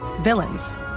villains